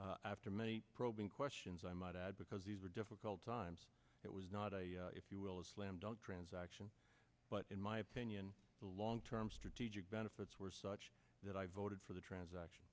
opportunity after many probing questions i might add because these are difficult times it was not a if you will a slam dunk transaction but in my opinion the long term strategic benefits were such that i voted for the transaction